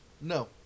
No